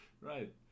Right